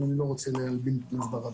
אבל אני לא רוצה להלבין פניו ברבים.